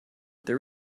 there